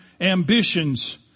ambitions